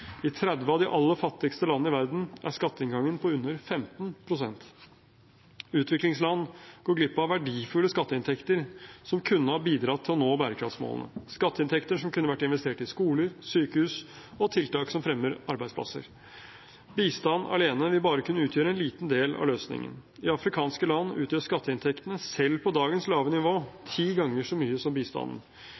I 30 av de aller fattigste landene i verden er skatteinngangen på under 15 pst. Utviklingsland går glipp av verdifulle skatteinntekter som kunne ha bidratt til å nå bærekraftsmålene – skatteinntekter som kunne ha vært investert i skoler, sykehus og tiltak som fremmer arbeidsplasser. Bistand alene vil bare kunne utgjøre en liten del av løsningen. I afrikanske land utgjør skatteinntektene, selv på dagens lave nivå, ti ganger så mye som bistanden.